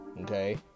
okay